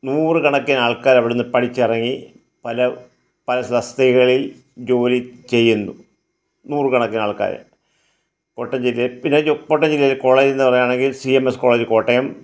നൂറ് കണക്കിനാൾക്കാർ അവിടുന്ന് പഠിച്ചിറങ്ങി പല പല തസ്തികകളിൽ ജോലി ചെയ്യുന്നു നൂറ് കണക്കിനാൾക്കാർ കോട്ടയം ജില്ലയിൽ പിന്നെ കോട്ടയം ജില്ലയിലെ കോളേജെന്ന് പറയുവാണെങ്കിൽ C M S college Kottayam